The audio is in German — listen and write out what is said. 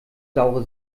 saure